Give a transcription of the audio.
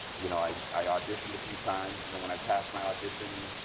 you know, i i auditioned a few times. and then, when i passed my audition,